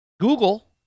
Google